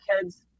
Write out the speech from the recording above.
kids